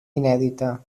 inèdita